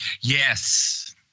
Yes